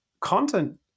content